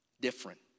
different